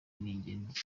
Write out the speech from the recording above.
ingenzi